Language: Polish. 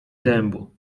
dębu